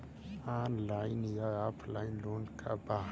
Online या offline loan का बा?